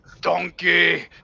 Donkey